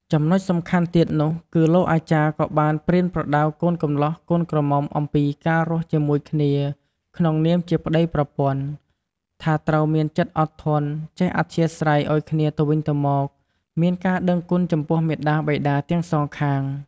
ចំណុចសំខាន់ទៀតនោះគឺ លោកអាចារ្យក៏បានប្រៀនប្រដៅកូនកម្លោះកូនក្រមុំអំពីការរស់ជាមួយគ្នាក្នុងនាមជាប្តីប្រពន្ធ ថាត្រូវមានចិត្តអត់ធន់ ចេះអធ្យាស្រ័យឱ្យគ្នាទៅវិញទៅមក មានការដឹងគុណចំពោះមាតាបិតាទាំងសងខាង។